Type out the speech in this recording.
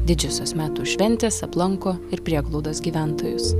didžiosios metų šventės aplanko ir prieglaudas gyventojus